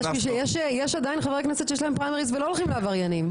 יש עדיין חברי כנסת שיש להם פריימריז ולא הולכים לעבריינים,